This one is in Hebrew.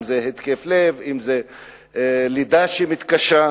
אם זה התקף לב, אם זה לידה שנהיית קשה.